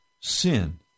sin